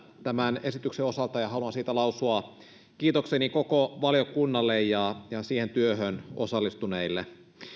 tämän esityksen osalta ja haluan siitä lausua kiitokseni koko valiokunnalle ja siihen työhön osallistuneille